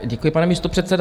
Děkuji, pane místopředsedo.